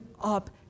up